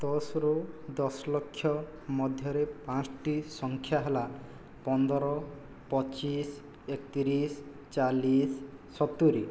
ଦଶରୁ ଦଶଲକ୍ଷ ମଧ୍ୟରେ ପାଞ୍ଚଟି ସଂଖ୍ୟା ହେଲା ପନ୍ଦର ପଚିଶ ଏକତିରିଶ ଚାଳିଶ ସତୁରି